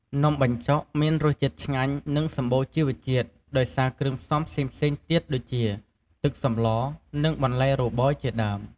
នំបញ្ចុកមានរសជាតិឆ្ងាញ់និងសម្បូរជីវជាតិដោយសារគ្រឿងផ្សំផ្សេងៗទៀតដូចជា ទឹកសម្ល និងបន្លែរបោយជាដើម។